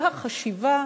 כל החשיבה